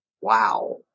Wow